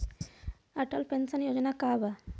Atal pension Yojana का बा?